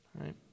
Right